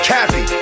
Kathy